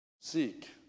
seek